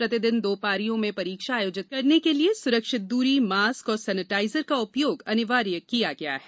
प्रतिदिन दो पारियों में परीक्षा आयोजित करने के लिए सुरक्षित दूरी मास्क और सैनिटाइजर का उपयोग अनिवार्य किया गया है